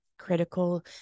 critical